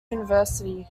university